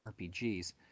RPGs